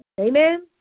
Amen